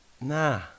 nah